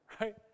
right